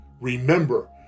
Remember